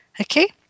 Okay